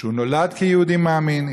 שהוא נולד כיהודי מאמין,